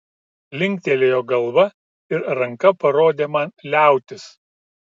linktelėjo galva ir ranka parodė man liautis